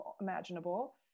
imaginable